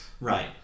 right